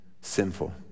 sinful